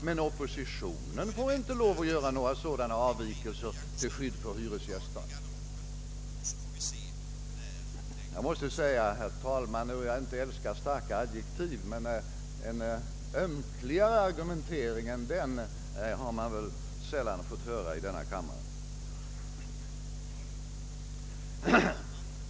Men oppositionen får inte göra sådana avvikelser till skydd för hyresgästerna. Jag älskar inte, herr talman, starka adjektiv, men en ömkligare argumentering än denna har man sällan fått höra i denna kammare.